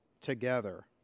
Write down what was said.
together